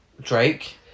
Drake